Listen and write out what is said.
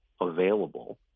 available